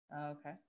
Okay